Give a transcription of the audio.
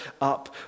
up